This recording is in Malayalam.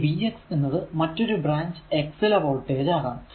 ഈ vx എന്നത് മറ്റൊരു ബ്രാഞ്ച് x ലെ വോൾടേജ് ആകാം